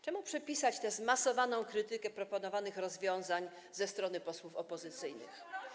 Czemu należy przypisać tę zmasowaną krytykę proponowanych rozwiązań ze strony posłów opozycyjnych?